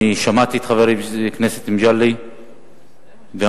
שמעתי את חבר הכנסת מג'אדלה ואמרתי: